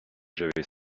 j’avais